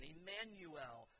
Emmanuel